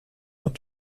not